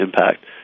impact